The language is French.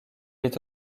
est